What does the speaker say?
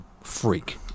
freak